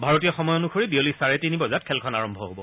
ভাৰতীয় সময় অনুসৰি বিয়লি চাৰে তিনি বজাত খেলখন আৰম্ভ হ'ব